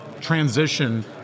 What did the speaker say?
transition